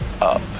up